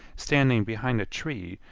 standing behind a tree,